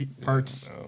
parts